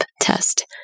test